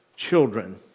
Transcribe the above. Children